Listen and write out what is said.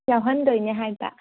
ꯌꯥꯎꯍꯟꯗꯣꯏꯅꯦ ꯍꯥꯏꯕ